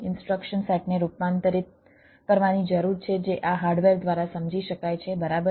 instruction સેટને રૂપાંતરિત કરવાની જરૂર છે જે આ હાર્ડવેર દ્વારા સમજી શકાય છે બરાબર